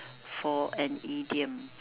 for an idiom